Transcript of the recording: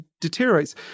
deteriorates